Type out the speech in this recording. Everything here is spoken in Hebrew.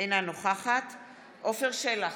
אינה נוכחת עפר שלח,